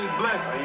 bless